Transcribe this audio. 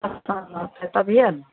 स्थान रहतैक तभिए ने